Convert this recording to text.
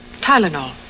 Tylenol